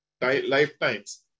lifetimes